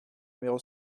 numéro